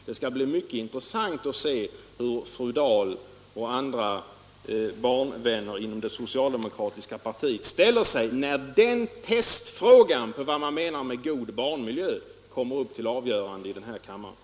Det skall bli mycket intressant att se hur fru Dahl och andra barnvänner inom det socialdemokratiska partiet ställer sig när den testfrågan på vad man menar med god barnmiljö kommer upp till avgörande i den här kammaren.